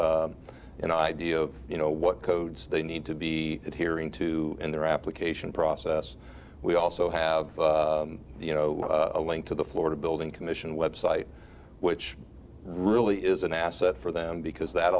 an idea of you know what codes they need to be hearing to in their application process we also have you know a link to the florida building commission website which really is an asset for them because that